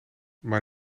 maar